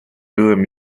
byłem